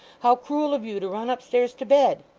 how cruel of you to run upstairs to bed!